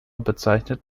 bezeichnet